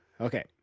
Okay